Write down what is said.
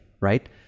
right